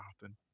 happen